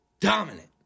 Dominant